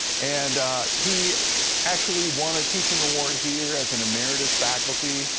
and he actually won a teaching award here as an emeritus faculty.